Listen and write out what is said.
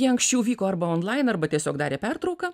jie anksčiau vyko arba onlain arba tiesiog darė pertrauką